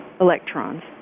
electrons